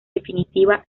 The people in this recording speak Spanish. definitiva